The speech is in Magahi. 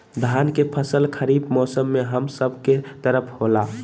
धान के फसल खरीफ मौसम में हम सब के तरफ होला